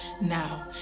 Now